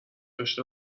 داشه